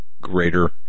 greater